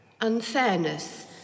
unfairness